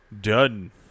Done